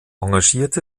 engagierte